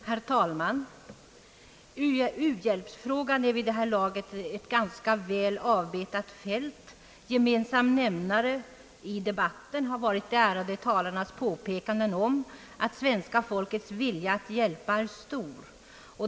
Herr talman! U-hjälpsfrågan är vid det här laget ett ganska väl avbetat fält. Gemensam nämnare i debatten har varit de ärade talarnas påpekanden om att det svenska folkets vilja att hjälpa är stor.